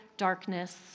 darkness